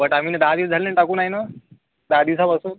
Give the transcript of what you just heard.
but आणूनही दहा दिवस झाले ना टाकून आहे ना दहा दिवसांपासून